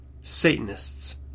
Satanists